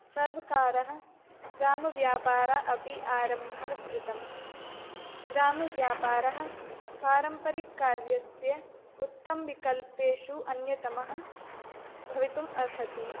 सर्वकारः ग्रामव्यापारम् अपि आरम्भः कृतं ग्रामव्यापारः पारम्परिककार्यस्य उत्तमविकल्पेषु अन्यतमः भवितुम् अर्हति